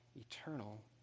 eternal